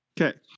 Okay